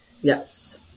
Yes